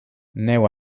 neu